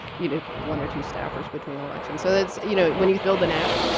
you know, one or two staffers between. election, so that's you know, when you build an app,